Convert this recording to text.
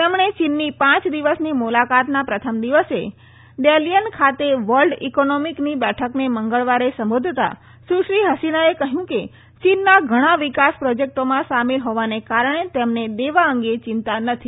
તેમણે ચીનની પાંચ દિવસની મુલાકાતના પ્રથમ દિવસે ડેલિયન ખાતે વર્લ્ડ ઇકોનોમિકની બેઠકને મંગળવારે સંબોધતા સુશ્રી હસીનાએ કહ્યું કે ચીનના ઘણા વિકાસ પ્રોજેક્ટોમાં સામેલ હોવાને કારણે તેમને દેવા અંગે ચિંતા નથી